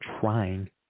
trying